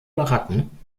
baracken